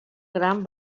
gran